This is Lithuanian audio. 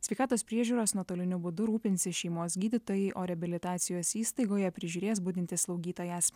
sveikatos priežiūros nuotoliniu būdu rūpinsis šeimos gydytojai o reabilitacijos įstaigoje prižiūrės budintis slaugytojas